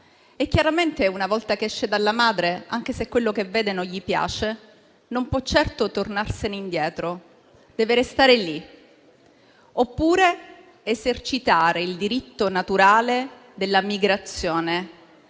e chiaramente, una volta che esce dalla madre, anche se quello che vede non gli piace, non può certo tornarsene indietro; deve restare lì, oppure esercitare il diritto naturale della migrazione,